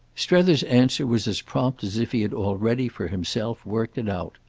strether's answer was as prompt as if he had already, for himself, worked it out.